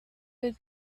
would